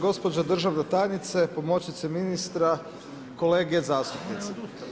Gospođo državna tajnice, pomoćnice ministra, kolege zastupnici.